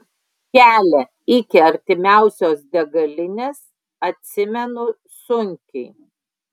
kelią iki artimiausios degalinės atsimenu sunkiai